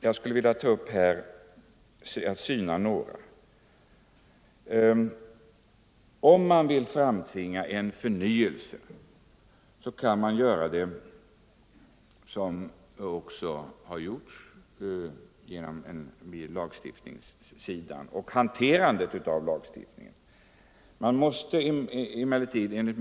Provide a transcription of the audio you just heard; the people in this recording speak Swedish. Jag skall här syna några av dem. Om man vill framtvinga en förnyelse kan man göra det lagstiftningsvägen och genom hanterandet av lagstiftningen. Det har också gjorts.